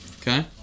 Okay